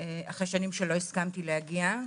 וזה אחרי שנים שלא הסכמתי להגיע,